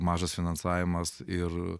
mažas finansavimas ir